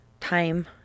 Time